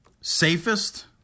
safest